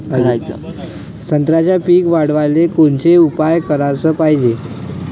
संत्र्याचं पीक वाढवाले कोनचे उपाव कराच पायजे?